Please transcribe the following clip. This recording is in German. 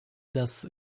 das